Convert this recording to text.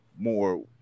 More